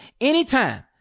anytime